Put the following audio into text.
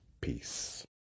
Peace